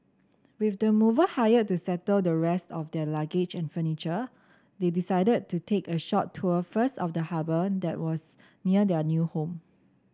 with the mover hired to settle the rest of their luggage and furniture they decided to take a short tour first of the harbour that was near their new home